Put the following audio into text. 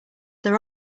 their